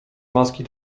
maski